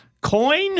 coin